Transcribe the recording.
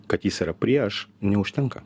kad jis yra prieš neužtenka